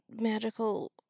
magical